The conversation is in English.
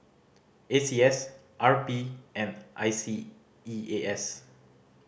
A C S R P and I S E A S